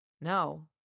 No